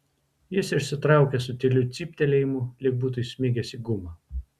jis išsitraukė su tyliu cyptelėjimu lyg būtų įsmigęs į gumą